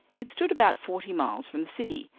it stood about forty miles from the city,